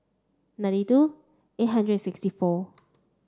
ninety two eight hundred and sixty four